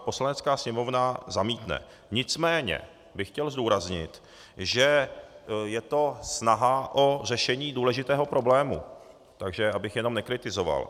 Poslanecká sněmovna zamítne, nicméně bych chtěl zdůraznit, že je to snaha o řešení důležitého problému, takže abych jenom nekritizoval.